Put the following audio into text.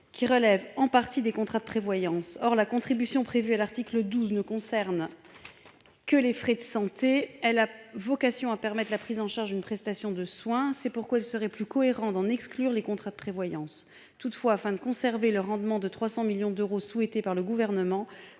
qui relèvent en pratique des contrats de prévoyance. Or la contribution prévue à l'article 12 ne concerne que les frais de santé : elle a vocation à permettre la prise en charge d'une prestation de soins. C'est pourquoi il serait plus cohérent d'en exclure les contrats de prévoyance. Toutefois, afin de conserver le rendement de 300 millions d'euros souhaité par le Gouvernement,